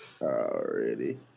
Already